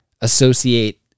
associate